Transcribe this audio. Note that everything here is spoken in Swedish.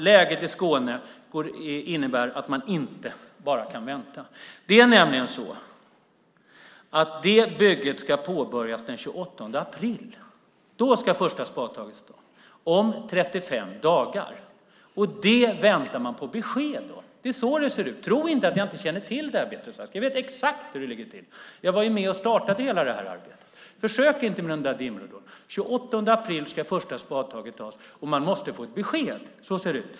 Läget i Skåne innebär att de inte kan vänta. Bygget ska påbörjas den 28 april. Då ska första spadtaget tas - om 35 dagar. De väntar på besked. Det är så det ser ut. Tro inte att jag inte känner till det, Beatrice Ask! Jag vet exakt hur det ligger till. Jag var ju med och startade hela arbetet. Försök inte med den dimridån. Den 28 april ska första spadtaget tas, och de måste få ett besked.